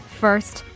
first